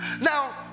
Now